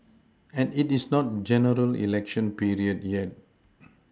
and it is not general election period yet